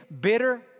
bitter